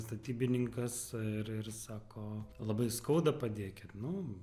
statybininkas ir ir sako labai skauda padėkit nu